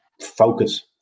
focus